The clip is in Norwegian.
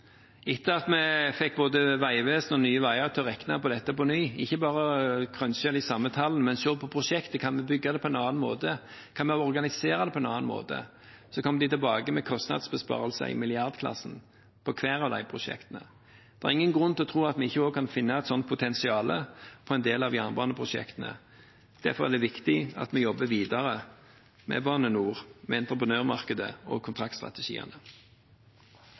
Etter at vi fikk både Vegvesenet og Nye Veier til å regne på dette på nytt, ikke bare «krønsje» de samme tallene, men se på prosjektet – om vi kan bygge det på en annen måte, organisere det på en annen måte – kom de tilbake med kostnadsbesparelser i milliardklassen på hvert av de prosjektene. Det er ingen grunn til å tro at vi ikke også kan finne et slikt potensial på en del av jernbaneprosjektene. Derfor er det viktig at vi jobber videre med Bane NOR, med entreprenørmarkedet og kontraktstrategiene,